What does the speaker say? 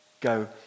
go